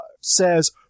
says